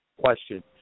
question